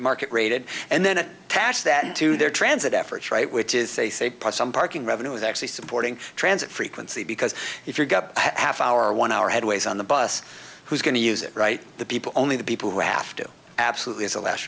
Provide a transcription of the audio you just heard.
market rated and then attach that to their transit efforts right which is they say plus some parking revenue is actually supporting transit frequency because if you get a half hour one hour headways on the bus who's going to use it right the people only the people who have to absolutely is a last